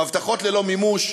בהבטחות ללא מימוש,